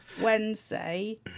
Wednesday